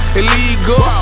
illegal